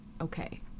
okay